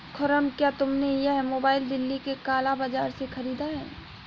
खुर्रम, क्या तुमने यह मोबाइल दिल्ली के काला बाजार से खरीदा है?